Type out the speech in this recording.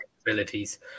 abilities